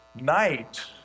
night